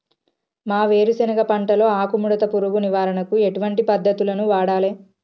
మా వేరుశెనగ పంటలో ఆకుముడత పురుగు నివారణకు ఎటువంటి పద్దతులను వాడాలే?